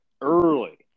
early